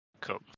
cool